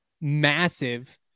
massive